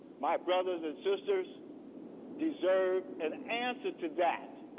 my brothers and sisters deserve an answer to that.